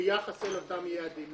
ביחס לאותם יעדים.